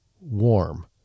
warm